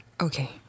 Okay